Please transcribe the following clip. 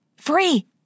Free